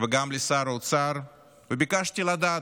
וגם לשר האוצר וביקשתי לדעת,